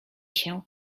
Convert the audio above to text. się